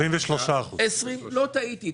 23%. לא טעיתי.